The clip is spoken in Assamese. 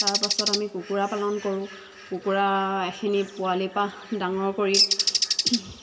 তাৰপাছত আমি কুকুৰা পালন কৰোঁ কুকুৰা এখিনি পোৱালিৰ পৰা ডাঙৰ কৰি